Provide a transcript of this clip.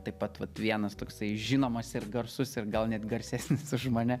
taip pat vat vienas toksai žinomas ir garsus ir gal net garsesnis už mane